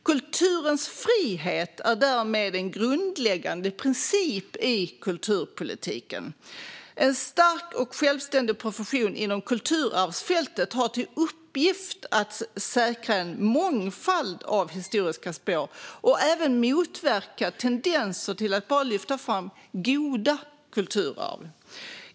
Kulturens frihet är därmed en grundläggande princip i kulturpolitiken. En stark och självständig profession inom kulturarvsfältet har till uppgift att säkra en mångfald av historiska spår och motverka tendenser att bara lyfta fram goda kulturarv.